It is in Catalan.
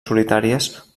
solitàries